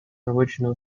original